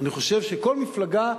אני חושב שכל מפלגה,